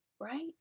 right